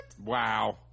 Wow